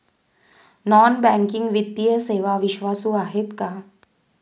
Non banking वित्तीय सेवा विश्वासू आहेत का?